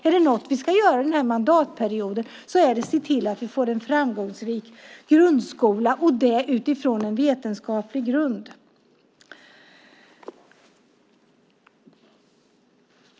Är det något vi ska göra under den här mandatperioden så är det att se till att vi får en framgångsrik grundskola utifrån en vetenskaplig grund.